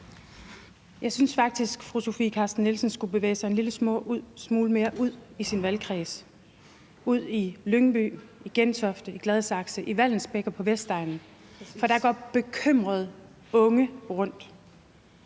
Jeg synes faktisk, fru Sofie Carsten Nielsen skulle bevæge sig en lille smule mere ud i sin valgkreds, ud i Lyngby, i Gentofte, i Gladsaxe, i Vallensbæk og på Vestegnen. For der går bekymrede unge rundt,